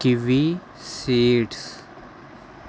kiwi seeds